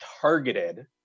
targeted